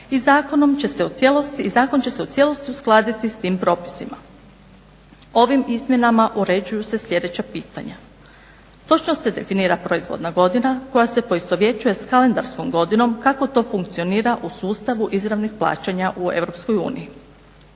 i zakon će se u cijelosti uskladiti s tim propisima. Ovim izmjenama uređuju se sljedeća pitanja. Točno se definira proizvodna godina koja se poistovjećuje sa kalendarskom godinom kako to funkcionira u sustavu izravnih plaćanja u EU.